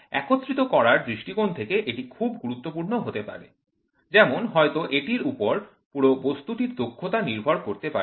একত্রিত করার দৃষ্টিকোণ থেকে এটি খুব গুরুত্বপূর্ণ হতে পারে যেমন হয়তো এটির উপর পুরো বস্তুটির দক্ষতা নির্ভর করতে পারে